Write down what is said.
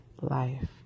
life